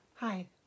Hi